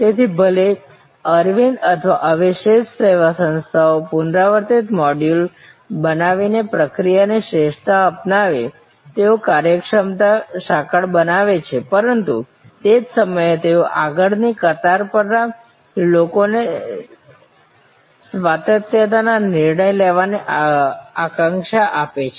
તેથી ભલે અરવિંદ અથવા આવી શ્રેષ્ઠ સેવા સંસ્થાઓ પુનરાવર્તિત મોડ્યુલ બનાવીને પ્રક્રિયાની શ્રેષ્ઠતા અપનાવે તેઓ કાર્યક્ષમતા સાંકળ બનાવે છે પરંતુ તે જ સમયે તેઓ આગળની કતાર પરના લોકોને સ્વાયત્તતા નિર્ણય લેવાની અક્ષાંશ આપે છે